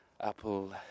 apple